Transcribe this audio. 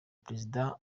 perezida